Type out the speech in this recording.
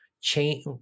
change